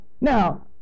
Now